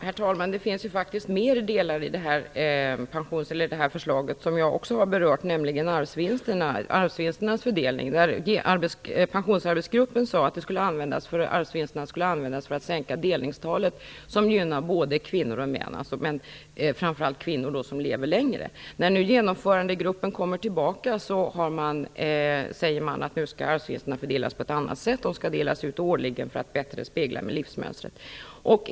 Herr talman! Det finns faktiskt fler delar i förslaget som jag också har berört, nämligen arvsvinsternas fördelning. Pensionsarbetsgruppen sade att arvsvinsterna skulle användas för att sänka delningstalet. Det gynnar både kvinnor och män, men framför allt kvinnor som lever längre. När nu Genomförandegruppen kommer tillbaka säger man att arvsvinsterna skall fördelas på ett annat sätt. De skall delas ut årligen för att bättre spegla livsmönstret.